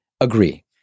agree